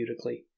therapeutically